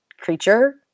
creature